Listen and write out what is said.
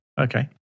Okay